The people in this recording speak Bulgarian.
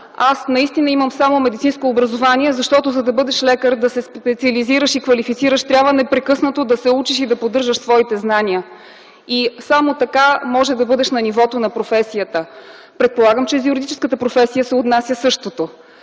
Аз наистина имам само медицинско образование, защото за да бъдеш лекар, да се специализираш и квалифицираш, трябва непрекъснато да се учиш и да поддържаш своите знания. Само така може да бъдеш на нивото на професията. Предполагам, че и за юридическата професия се отнася същото.